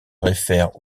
réfèrent